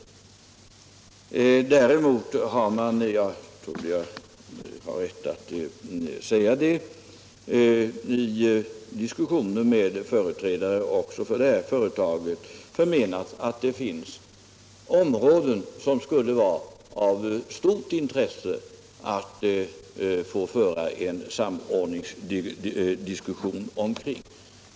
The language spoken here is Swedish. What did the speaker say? Däremot har man — jag tror jag har rätt att säga detta — vid diskussioner med företrädare för också det här företaget hävdat att det finns områden som det skulle vara av stort intresse att få föra en samordningsdiskussion omkring.